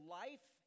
life